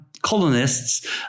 colonists